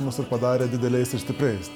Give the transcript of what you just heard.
mus ir padarė dideliais stipriais